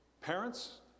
parents